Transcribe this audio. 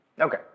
Okay